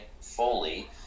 Foley